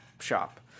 shop